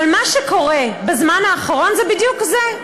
אבל מה שקורה בזמן האחרון זה בדיוק זה.